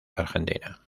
argentina